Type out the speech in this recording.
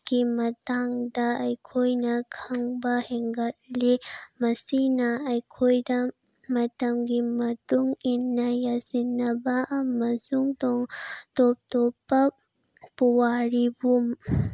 ꯀꯤ ꯃꯇꯥꯡꯗ ꯑꯩꯈꯣꯏꯅ ꯈꯪꯕ ꯍꯦꯟꯒꯠꯂꯤ ꯃꯁꯤꯅ ꯑꯩꯈꯣꯏꯗ ꯃꯇꯝꯒꯤ ꯃꯇꯨꯡꯏꯟꯅ ꯌꯥꯁꯤꯟꯅꯕ ꯑꯃꯁꯨꯡ ꯇꯣꯞ ꯇꯣꯞꯄ ꯄꯨꯋꯥꯔꯤꯕꯨ